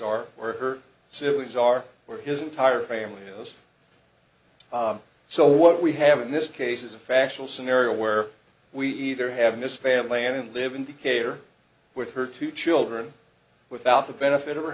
where her siblings are where his entire family was so what we have in this case is a factual scenario where we either have this failed land and live in decatur with her two children without the benefit of her